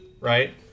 right